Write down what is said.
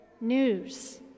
news